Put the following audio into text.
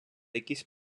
якісь